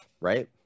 right